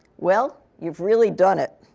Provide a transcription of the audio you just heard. well, you've really done it.